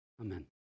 Amen